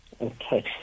Okay